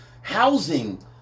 housing